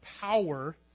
power